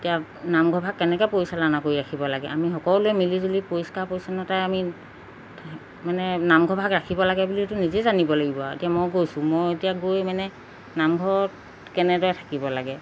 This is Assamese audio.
এতিয়া নামঘৰভাগ কেনেকৈ পৰিচালনা কৰি ৰাখিব লাগে আমি সকলোৱে মিলি জুলি পৰিষ্কাৰ পৰিচ্ছন্নতাই আমি মানে নামঘৰভাগ ৰাখিব লাগে বুলি নিজেই জানিব লাগিব আৰু এতিয়া মই গৈছোঁ মই এতিয়া গৈ মানে নামঘৰত কেনেদৰে থাকিব লাগে